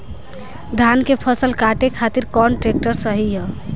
धान के फसल काटे खातिर कौन ट्रैक्टर सही ह?